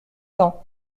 cents